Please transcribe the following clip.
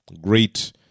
great